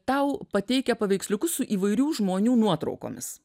tau pateikia paveiksliukus su įvairių žmonių nuotraukomis